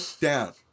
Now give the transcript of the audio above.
down